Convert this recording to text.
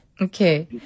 Okay